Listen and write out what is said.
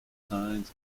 signs